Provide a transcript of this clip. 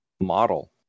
model